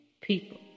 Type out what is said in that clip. people